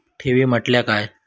ठेवी म्हटल्या काय?